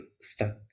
stuck